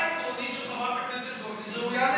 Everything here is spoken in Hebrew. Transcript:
עמדתה העקרונית של חברת הכנסת גוטליב ראויה לדיון,